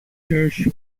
church